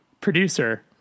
producer